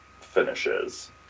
finishes